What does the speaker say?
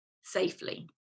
safely